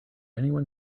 anyone